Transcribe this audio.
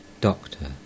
Doctor